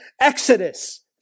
exodus